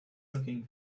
locking